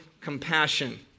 compassion